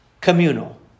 communal